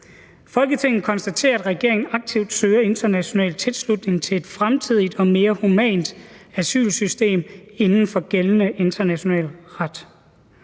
Folketinget konstaterer, at regeringen aktivt søger international tilslutning til et fremtidigt og mere humant asylsystem inden for gældende international ret.